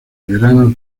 verano